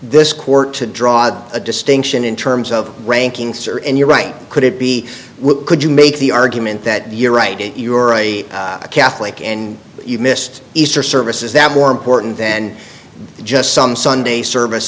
this court to draw a distinction in terms of rankings are and you're right could it be could you make the argument that you're right you are a catholic and you missed easter services that are more important than just some sunday service